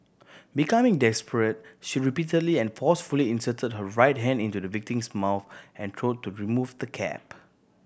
becoming desperate she repeatedly and forcefully inserted her right hand into the victim's mouth and throat to remove the cap